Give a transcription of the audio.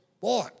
boy